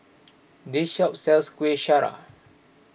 this shop sells Kueh Syara